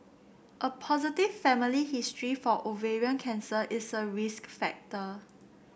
a positive family history for ovarian cancer is a risk factor